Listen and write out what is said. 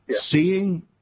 Seeing